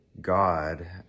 God